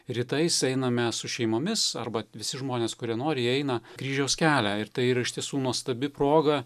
rytais einame su šeimomis arba visi žmonės kurie nori jie eina kryžiaus kelią ir tai yra iš tiesų nuostabi proga